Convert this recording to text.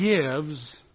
gives